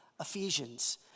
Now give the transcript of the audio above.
Ephesians